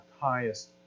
highest